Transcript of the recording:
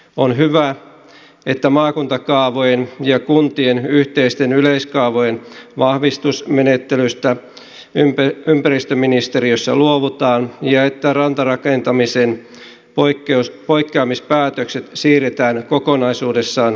on hyvä että maakuntakaavojen ja kuntien yhteisten yleiskaavojen vahvistusmenettelystä ympäristöministeriössä luovutaan ja että rantarakentamisen poikkeamispäätökset siirretään kokonaisuudessaan kuntiin